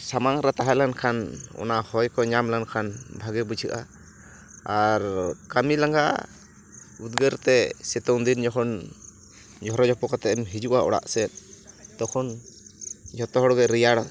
ᱥᱟᱢᱟᱝ ᱨᱮ ᱛᱟᱦᱮᱸ ᱞᱮᱱᱠᱷᱟᱱ ᱚᱱᱟ ᱦᱚᱭ ᱠᱚ ᱧᱟᱢ ᱞᱮᱱᱠᱷᱟᱱ ᱵᱷᱟᱜᱮ ᱵᱩᱡᱷᱟᱹᱜᱼᱟ ᱟᱨ ᱠᱟᱢᱤ ᱞᱟᱸᱜᱟ ᱩᱫᱽᱜᱟᱹᱨ ᱛᱮ ᱥᱤᱛᱩᱝ ᱫᱤᱱ ᱡᱚᱠᱷᱚᱱ ᱡᱷᱚᱨᱚᱡᱷᱚᱯᱚ ᱠᱟᱛᱮᱫ ᱮᱢ ᱦᱤᱡᱩᱜᱼᱟ ᱚᱲᱟᱜ ᱥᱮᱫ ᱛᱚᱠᱷᱚᱱ ᱡᱚᱛᱚ ᱦᱚᱲ ᱜᱮ ᱨᱮᱭᱟᱲ